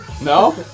No